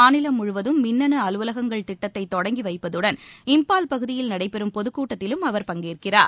மாநிலம் முழுவதும் மின்னனு அலுவலகங்கள் திட்டத்தை தொடங்கி வைப்பதுடன் இம்பால் பகுதியில் நடைபெறும் பொதுக்கூட்டத்தில் அவர் பங்கேற்கிறார்